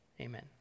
Amen